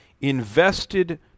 invested